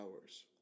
hours